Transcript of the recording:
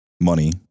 money